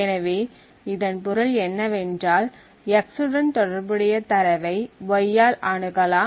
எனவே இதன் பொருள் என்னவென்றால் x உடன் தொடர்புடைய தரவை y ஆல் அணுகலாம்